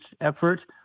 effort